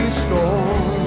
storm